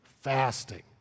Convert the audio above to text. Fasting